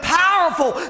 powerful